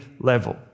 level